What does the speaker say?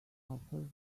offer